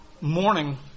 morning